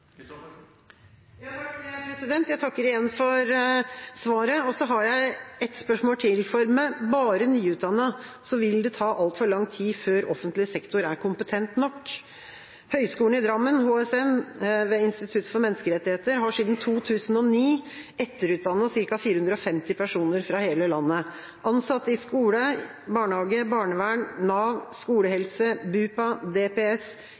Jeg takker igjen for svaret. Så har jeg et spørsmål til, for med bare nyutdannede vil det ta altfor lang tid før offentlig sektor er kompetent nok. Høyskolen i Drammen, HSN, Institutt for menneskerettigheter, religion og samfunnsfag, har siden 2009 etterutdannet ca. 450 personer fra hele landet: ansatte i skole, barnehage, barnevern, Nav, skolehelse, BUPA, DPS